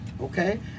okay